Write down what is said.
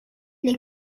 les